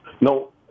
No